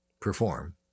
perform